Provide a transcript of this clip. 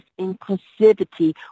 inclusivity